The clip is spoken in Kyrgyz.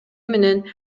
менен